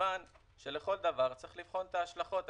מכיוון שלכל דבר צריך לבחון את ההשלכות.